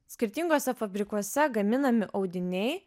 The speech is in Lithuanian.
skirtinguose fabrikuose gaminami audiniai